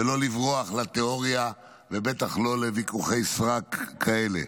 ולא לברוח לתיאוריה, ובטח לא לוויכוחי סרק כאלה.